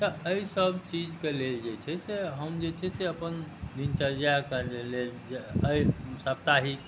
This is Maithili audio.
तऽ एहिसब चीजके लेल जे छै से हम जे छै से अपन दिनचर्याके लेल जे एहि सप्ताहिक